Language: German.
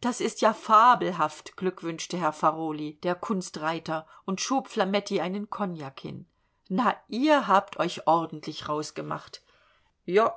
das ist ja fabelhaft glückwünschte herr farolyi der kunstreiter und schob flametti einen kognak hin na ihr habt euch ordentlich rausgemacht jo